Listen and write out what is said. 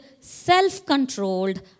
self-controlled